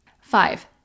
five